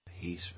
Peace